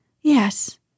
Yes